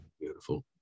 Beautiful